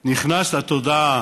שהא נכנס לתודעה